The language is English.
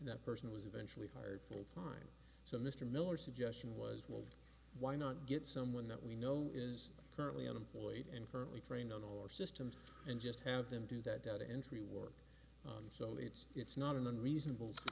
that person was eventually hired full time so mr miller suggestion was moved why not get someone that we know is currently unemployed and currently trained on our systems and just have them do that data entry work so it's it's not an unreasonable